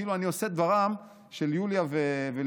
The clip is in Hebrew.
שכאילו אני עושה דברם של יוליה וליברמן.